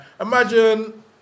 imagine